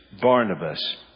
barnabas